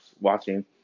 watching